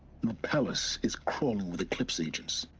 the palace is crawling with eclipse agents.